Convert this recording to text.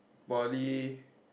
poly